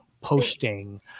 posting